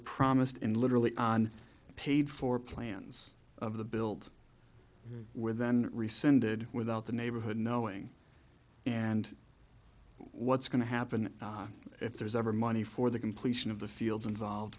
promised in literally on paid for plans of the build with then rescinded without the neighborhood knowing and what's going to happen if there's ever money for the completion of the fields involved